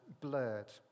blurred